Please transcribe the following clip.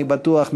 אני בטוח,